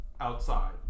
Outside